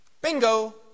Bingo